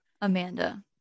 Amanda